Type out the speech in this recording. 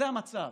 זה המצב.